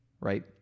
right